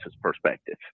perspective